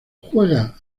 juega